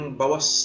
bawas